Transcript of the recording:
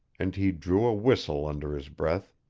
and he drew a whistle under his breath.